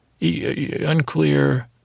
unclear